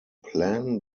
plan